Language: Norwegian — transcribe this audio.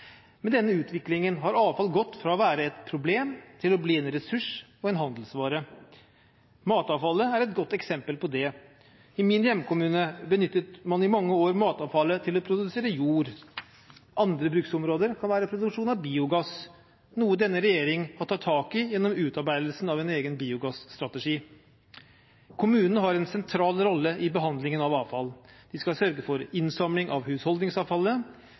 Med denne utviklingen har avfall gått fra å være et problem til å bli en ressurs og en handelsvare. Matavfall er et godt eksempel på dette. I min hjemkommune benyttet man i mange år matavfallet til å produsere jord. Andre bruksområder kan være produksjon av biogass, noe regjeringen har tatt tak i gjennom utarbeidelse av en egen biogasstrategi. Kommunene har en sentral rolle i behandlingen av avfall. De skal sørge for innsamling av husholdningsavfallet